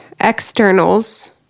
externals